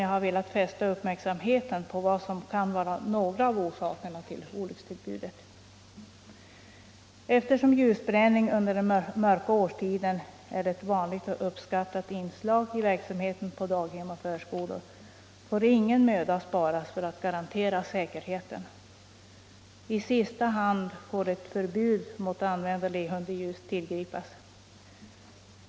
Jag har endast velat fästa uppmärksamheten på vad som kan ha varit en av orsakerna till den inträffade olyckan. Eftersom ljusbränning under den mörka årstiden är ett vanligt och uppskattat inslag i verksamheten på daghem och i förskolor får ingen möda sparas för att garantera säkerheten. I sista hand bör ett förbud att använda levande ljus tillgripas.